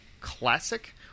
Classic